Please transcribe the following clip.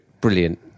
brilliant